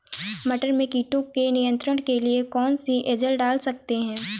मटर में कीटों के नियंत्रण के लिए कौन सी एजल डाल सकते हैं?